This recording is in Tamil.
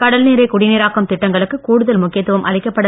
கடல்நீரை குடிநீராக்கும் திட்டங்களுக்கு கூடுதல் முக்கியத்துவம் அளிக்கப்பட